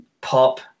pop